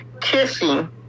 kissing